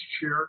chair